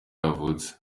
yavutse